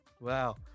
wow